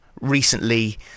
recently